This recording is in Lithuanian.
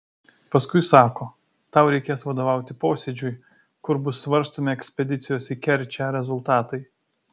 paskui sako tau reikės vadovauti posėdžiui kur bus svarstomi ekspedicijos į kerčę rezultatai